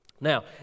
Now